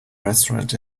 restaurant